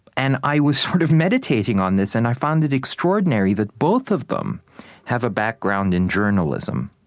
and i was sort of meditating on this, and i found it extraordinary that both of them have a background in journalism.